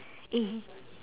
eh